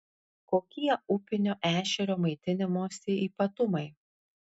kokie upinio ešerio maitinimosi ypatumai